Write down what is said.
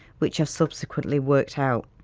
which i've subsequently worked out.